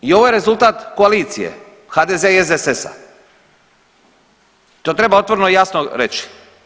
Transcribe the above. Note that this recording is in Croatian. I ovo je rezultat koalicije HDZ-a i SDSS-a, to treba otvoreno i jasno reći.